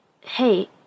Hey